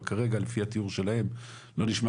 אבל כרגע על פי התיאור שלהם לא נשמע